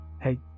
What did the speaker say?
hey